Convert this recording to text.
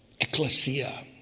ecclesia